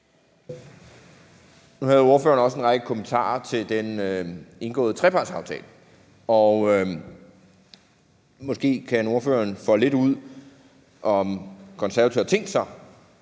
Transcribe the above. Nu havde ordføreren også en række kommentarer til den indgåede trepartsaftale. Måske kan ordføreren folde lidt ud, om De Konservative har tænkt sig